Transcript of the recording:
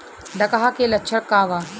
डकहा के लक्षण का वा?